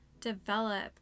develop